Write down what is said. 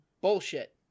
bullshit